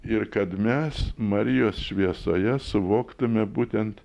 ir kad mes marijos šviesoje suvoktume būtent